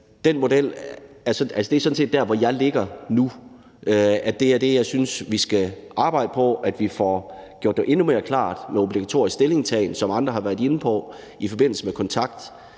den model, som jeg ligger på nu. Det er det, jeg synes, vi skal arbejde på, så vi får gjort det endnu mere klart med obligatorisk stillingtagen, som andre har været inde på, altså at man i forbindelse med kontakt